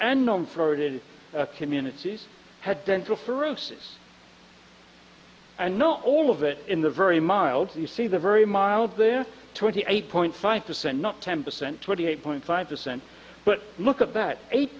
known for it in communities had dental for osis and not all of it in the very mild you see the very mild there twenty eight point five percent not ten percent twenty eight point five percent but look at that eight